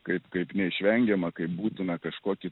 kaip kaip neišvengiamą kaip būtume kažkokį